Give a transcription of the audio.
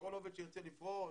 שכל עובד שירצה לפרוש,